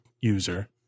user